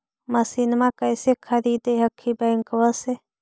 मसिनमा कैसे खरीदे हखिन बैंकबा से?